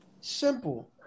Simple